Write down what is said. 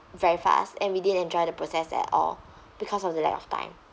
very fast and we didn't enjoy the process at all because of the lack of time